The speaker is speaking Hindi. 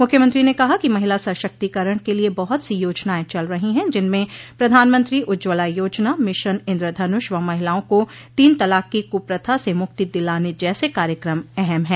मुख्यमंत्री ने कहा कि महिला सशक्तिकरण के लिये बहुत सी योजनाएं चल रही है जिनमें प्रधानमंत्री उज्ज्वला योजना मिशन इन्द्र धनुष व महिलाओं को तीन तलाक की कुप्रथा से मुक्ति दिलाने जैसे कार्यक्रम अहम है